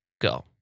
go